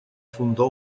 fundó